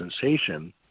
sensation